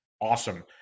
awesome